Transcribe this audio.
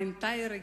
מיינע טיירע געסט.